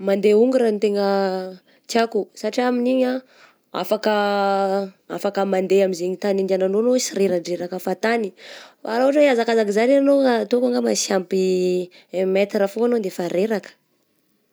Mandeha hongora no tegna tiako satria amin'iny ah afaka afaka mandeha amin'izegny tany handehananao anao sy reradreraka fahatany, fa raha ohatra hoe hiazakazaka zany anao ataoko angamba sy ampy un metre foagna anao de efa reraka.